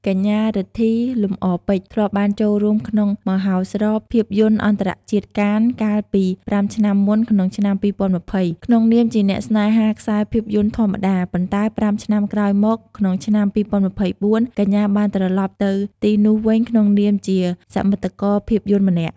កញ្ញា រិទ្ធី លំអរពេជ្រ ធ្លាប់បានចូលរួមក្នុងមហោស្រពភាពយន្តអន្តរជាតិកាន កាលពី ៥ ឆ្នាំមុន ក្នុងឆ្នាំ ២០២០ ក្នុងនាមជាអ្នកស្នេហាខ្សែភាពយន្តធម្មតា ប៉ុន្តែ ៥ ឆ្នាំក្រោយមក ក្នុងឆ្នាំ ២០២៤ កញ្ញាបានត្រលប់ទៅទីនោះវិញក្នុងនាមជាសមិទ្ធករភាពយន្តម្នាក់។